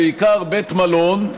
בעיקר בית מלון,